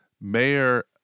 Mayor